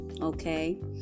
Okay